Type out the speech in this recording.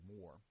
more